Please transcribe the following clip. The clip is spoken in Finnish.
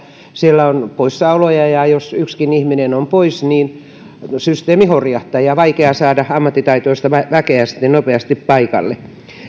siellä on poissaoloja ja jos yksikin ihminen on pois niin systeemi horjahtaa ja on vaikea saada ammattitaitoista väkeä sitten nopeasti paikalle